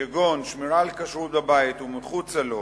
כגון שמירה על כשרות בבית ומחוצה לו